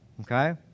Okay